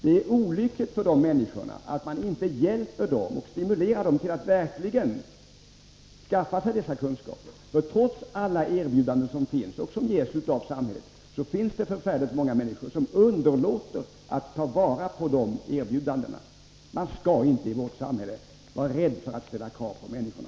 Det är olyckligt för dessa människor att man inte hjälper dem och stimulerar dem till att verkligen skaffa sig dessa kunskaper. Trots alla erbjudanden som samhället ger finns det förfärligt många människor som underlåter att ta vara på dessa erbjudanden. Man skall inte i vårt samhälle vara rädd för att ställa krav på människorna.